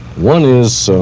one is, so